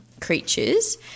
creatures